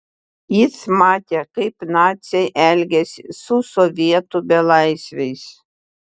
jis matė kaip naciai elgiasi su sovietų belaisviais